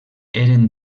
eren